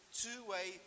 two-way